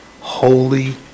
Holy